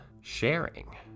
Sharing